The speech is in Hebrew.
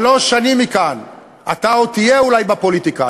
שלוש שנים מכאן אתה עוד תהיה אולי בפוליטיקה,